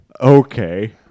Okay